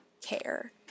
care